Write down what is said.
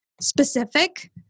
specific